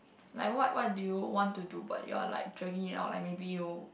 like what what do you want to do but you're like dragging it out like maybe you